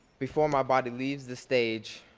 before my body leaves the stage,